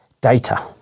Data